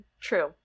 true